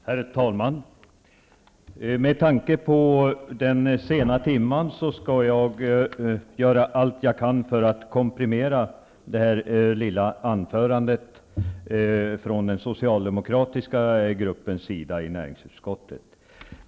Herr talman! Med tanke på den sena timmen skall jag göra allt jag kan för att komprimera det här lilla anförandet från den socialdemokratiska gruppens sida i näringsutskottet.